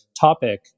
topic